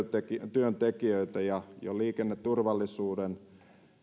työntekijöitä ja jo liikenneturvallisuuden